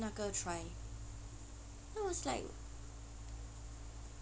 那个 try then I was like